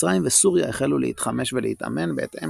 מצרים וסוריה החלו להתחמש ולהתאמן בהתאם